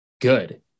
good